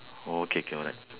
okay K alright